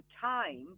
time